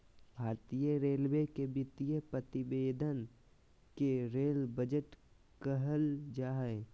भारतीय रेलवे के वित्तीय प्रतिवेदन के रेल बजट कहल जा हइ